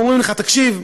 ואומרים לך: תקשיב,